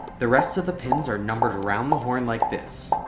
the rest of the pins are numbered round the horn like this.